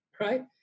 right